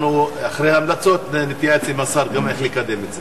אנחנו אחרי ההמלצות נתייעץ עם השר איך לקדם את זה.